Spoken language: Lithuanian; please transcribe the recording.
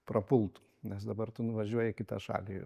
prapultų nes dabar tu nuvažiuoji į kitą šalį ir